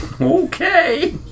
Okay